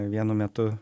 vienu metu